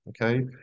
Okay